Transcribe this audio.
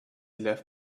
left